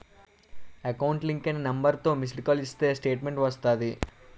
account link అయిన నెంబర్తో missed call ఇస్తే స్టేట్మెంటు వస్తాది